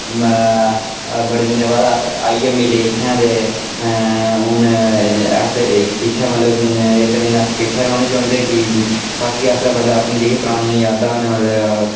एह् बड़े दिन बाद अस आइयै मिले इत्थैं ते हून अस एह् किट्ठे मतलब इक दिन अस किट्ठे रौह्ना चौह्न्दे कि बाकी अस मतलब अपनी जेह्कियां परानियां यादां न मतलब